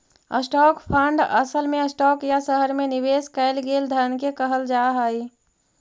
stock fund असल में stock या शहर में निवेश कैल गेल धन के कहल जा हई